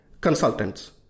Consultants